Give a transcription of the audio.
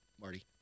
Marty